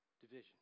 division